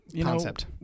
concept